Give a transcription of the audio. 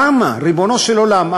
למה, ריבונו של עולם?